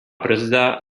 brzda